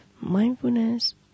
mindfulness